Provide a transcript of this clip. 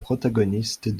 protagonistes